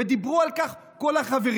ודיברו על כך כל החברים.